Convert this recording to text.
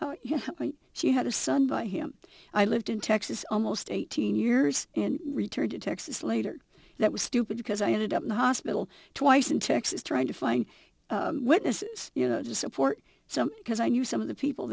him she had a son by him i lived in texas almost eighteen years and returned to texas later that was stupid because i ended up in the hospital twice in texas trying to find witnesses you know to support some because i knew some of the people